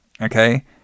Okay